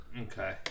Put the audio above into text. Okay